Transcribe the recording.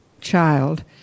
child